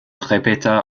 répéta